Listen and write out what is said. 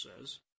says